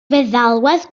feddalwedd